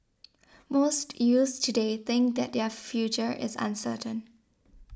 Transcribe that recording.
most youths today think that their future is uncertain